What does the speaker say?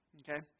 okay